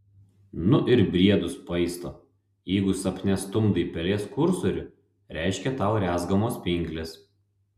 nu ir briedus paisto jeigu sapne stumdai pelės kursorių reiškia tau rezgamos pinklės